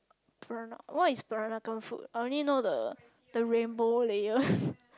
perana~ what is Peranakan food I only know the the rainbow layers